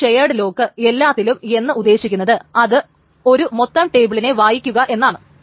ഒരു shared lock എല്ലാത്തിലും എന്ന് ഉദ്ദേശിക്കുന്നത് അത് ഒരു മൊത്തം ടേബിളിനെ വായിക്കുക എന്നാണ്